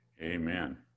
Amen